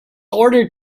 ordered